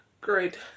great